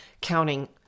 counting